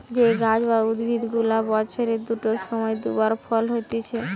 যে গাছ বা উদ্ভিদ গুলা বছরের দুটো সময় দু বার ফল হতিছে